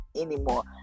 anymore